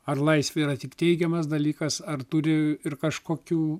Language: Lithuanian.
ar laisvė yra tik teigiamas dalykas ar turi ir kažkokių